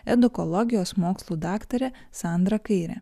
edukologijos mokslų daktarė sandra kairė